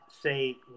say